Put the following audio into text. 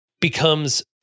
becomes